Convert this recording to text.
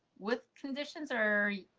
what conditions are